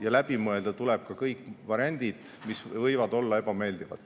aga läbi mõelda tuleb ka kõik need variandid, mis võivad olla ebameeldivad.